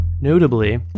Notably